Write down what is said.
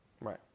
right